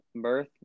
Birth